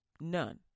None